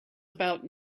about